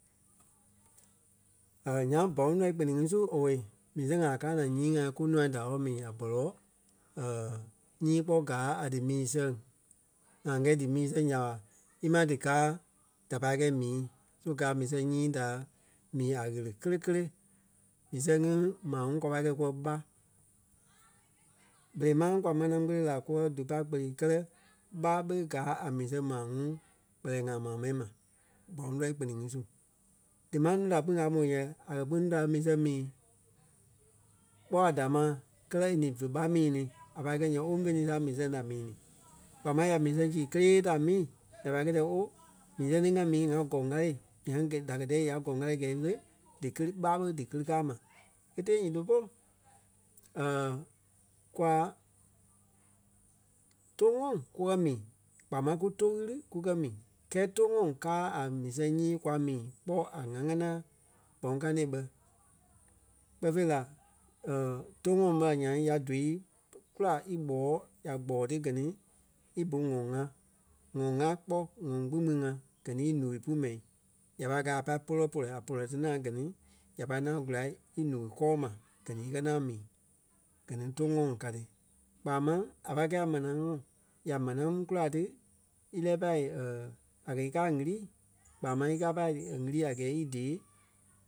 A kɛ̀ nyaŋ bɔloŋ lɔii kpiniŋ ŋí su owei mii sɛŋ ŋai káa naa nyii ŋai kunûa da wɔ́lɔ mii a bɔlɔ nyii kpɔ gáa a dí mii sɛŋ. ŋa kɛ́ dí mii sɛŋ nya ɓa ímaa dí káa da pai kɛi mii. So gáa a mii sɛŋ nyii da mii a ɣele kele-kele. Mii sɛŋ ŋí maa ŋuŋ kwa pai kúwɔ ɓá. Berei máŋ kwa manaa kpele la kúwɔ dí pai kpele kɛ́lɛ ɓá ɓé gaa a mii sɛŋ maa ŋuŋ kpɛlɛɛ ŋai maa mɛni ma bɔloŋ lɔii kpiniŋ ŋi su. Dímaŋ núu da kpîŋ a mó yɛ a kɛ́ kpîŋ núu da e mii sɛŋ mii kpɔ́ a damaa kɛlɛ e ni vé ɓá mii ni a pâi kɛ̂i ǹyɛɛ ooo ve ni saa mii sɛŋ da mii ní. Kpaa máŋ ya mii sɛŋ sii kélee ta mii da pai kɛi dia ooo mii sɛŋ ti ŋa mii ŋa gɔ́ŋ ɣale nyaŋ gɛi da kɛ̀ diyɛ ya gɔ́ŋ ɣale kɛ́ɛ le díkelee ɓá ɓé díkili káa ma. E tee nyiti polu kwa tóu mɔ kukɛ mii kpaa máŋ ku tóu ɣili kukɛ mi. Kɛɛ tóu mɔ káa a mii sɛŋ nyii kwa mii kpɔ́ a ŋa ŋanaa boŋ county bɛ. Kpɛɛ fêi la tóu mɔ ɓe a ńyãa ya dóui kula í gbɔɔ, ya gbɔɔ ti gɛ ni í bú ŋɔi ŋa, ŋɔi ŋa kpɔ́ ŋɔi kpîŋ kpîŋ ŋa gɛ ni í luri pu mɛi. Ya pai gáa a pâi polɔɔ polɔɔ a polɔɔ ti naa gɛ ni ya pâi ŋaŋ kula í luri kɔɔ ma gɛ ni íkɛ ŋaŋ mii. Gɛ ni tou mɔ ka ti. Kpaa máŋ a pai kɛ̂i a manaa ŋɔnɔ ya manaa kula ti ílɛɛ pai a kɛ̀ í káa ɣili kpaa máŋ íkaa pai ɣili a gɛɛ í dɛɛ